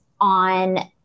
on